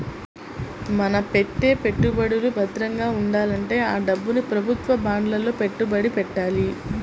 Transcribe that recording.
మన పెట్టే పెట్టుబడులు భద్రంగా ఉండాలంటే ఆ డబ్బుని ప్రభుత్వ బాండ్లలో పెట్టుబడి పెట్టాలి